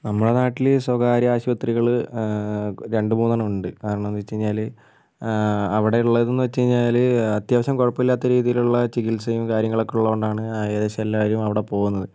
നമ്മുടെ നാട്ടിൽ സ്വകാര്യ ആശുപത്രികൾ രണ്ട് മൂന്നെണ്ണം ഉണ്ട് കാരണം എന്നു വച്ചു കഴിഞ്ഞാൽ അവിടെ ഉള്ളതെന്നു വച്ചു കഴിഞ്ഞാൽ അത്യാവശ്യം കുഴപ്പമില്ലാത്ത രീതിയിലുള്ള ചികിത്സയും കാര്യങ്ങളൊക്കെ ഉള്ളതുകൊണ്ടാണ് ഏകദേശം എല്ലാവരും അവിടെ പോകുന്നത്